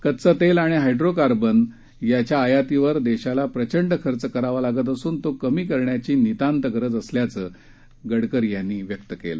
कच्चं तेल आणि हायड्रोकार्बन यांच्या आयातीवर देशाला प्रचंड खर्च करावा लागत असून तो कमी करण्याची नितांत गरज गडकरी यांनी व्यक्त केली